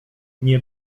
nie